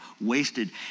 wasted